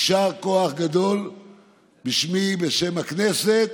יישר כוח גדול בשמי, בשם הכנסת